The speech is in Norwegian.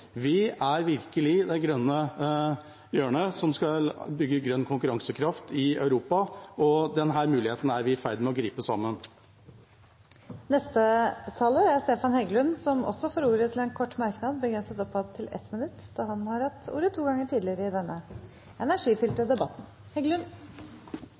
Vi er virkelig i det grønne hjørnet som skal bygge grønn konkurransekraft i Europa, og denne muligheten er vi i ferd med å gripe sammen. Stefan Heggelund har hatt ordet to ganger tidligere og får ordet til en kort merknad, begrenset til inntil 1 minutt. Jeg stusset litt over innlegget til Aukrust og Barth Eide. Arbeiderpartiet har i